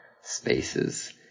spaces